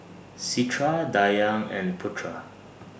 Citra Dayang and Putra